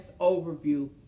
Overview